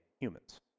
humans